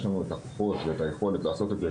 לנו את הכוחות ואת היכולת לעשות את זה,